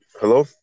Hello